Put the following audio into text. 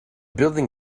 building